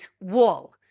wall